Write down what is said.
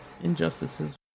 injustices